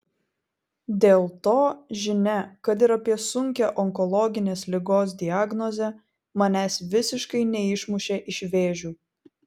dėl to žinia kad ir apie sunkią onkologinės ligos diagnozę manęs visiškai neišmušė iš vėžių